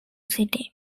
city